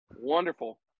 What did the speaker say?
Wonderful